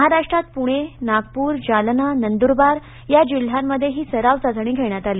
महाराष्ट्रात पुणे नागपूर जालना आणि नंदुरबार जिल्ह्यात ही सराव चाचणी घेण्यात आली